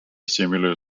similar